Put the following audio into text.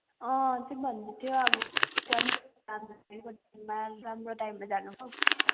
अँ ठिक भन्नु थियो अब राम्रो टाइममा जानु